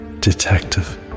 Detective